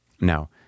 no